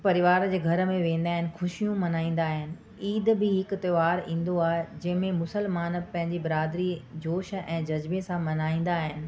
परिवार जे घर में वेंदा आहिनि ख़ुशियूं मल्हाईंदा आहिनि ईद बि हिकु त्योहारु ईंदो आहे जंहिं में मुस्लमान पंहिंजे बिरादिरी जोश ऐं जज्बे सां मल्हाईंदा आहिनि